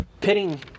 pitting